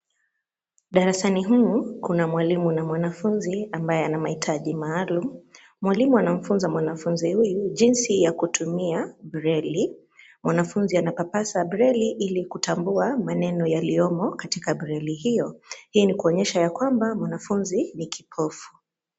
Darasani humu kuna mwalimu na mwanafunzi ambaye ana mahitaji maalum. Mwalimu anamfunza mwanafunzi huyu jinsi ya kutumia breli, mwanafunzi anapapasa breli ili kutambua maneno yaliyomo katika breli hiyo. Hii ni kuonyesha ya kwmba mwanafunzi ni kipofu.